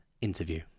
interview